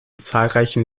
zahlreichen